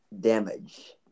Damage